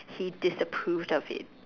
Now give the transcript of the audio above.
he disapproved of it